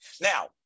Now